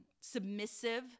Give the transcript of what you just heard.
submissive